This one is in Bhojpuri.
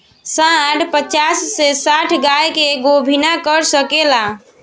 सांड पचास से साठ गाय के गोभिना कर सके ला